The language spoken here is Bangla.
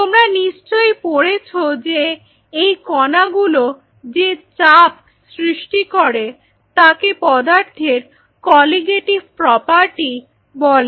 তোমরা নিশ্চয়ই পড়েছ যে এই কণাগুলো যে চাপ সৃষ্টি করে তাকে পদার্থের কলিগেটিভ প্রপার্টি বলে